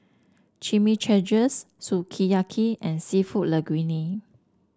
Chimichangas Sukiyaki and seafood Linguine